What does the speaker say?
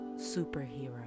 superhero